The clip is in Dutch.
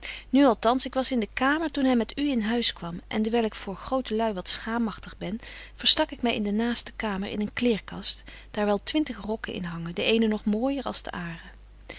nu althans ik was in de kamer toen hy met u in huis kwam en dewyl ik voor grote lui wat schaamagtig ben verstak ik my in de naaste kamer in een kleêrkast daar wel twintig rokken in hangen de eene nog mooijer als de